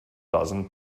dozen